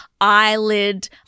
eyelid